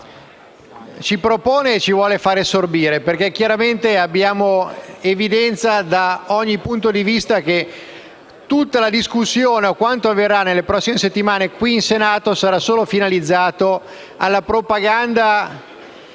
ci propone e vuole farci sorbire. Chiaramente, abbiamo evidenza da ogni punto di vista che tutta la discussione e quanto avverrà nelle prossime settimane sarà solo finalizzato alla falsa propaganda